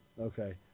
Okay